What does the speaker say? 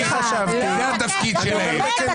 אני לתומי חשבתי --- אני חשבתי שזה התפקיד של השרים וראש